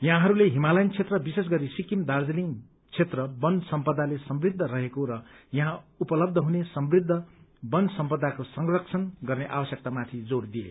यहाँहस्ले Himalayan क्षेत्र विशेष गरी सिक्किम दार्जीलिङ क्षेत्र बन सम्पदाले समृद्ध रहेको र यहाँ उपलब्य हुने समृद्ध बन सम्पदाको संरक्षण गर्ने आवश्यकतामाथि जोड़ दिए